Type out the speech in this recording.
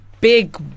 big